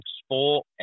sport